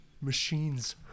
Machines